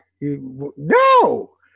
no